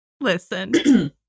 Listen